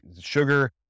sugar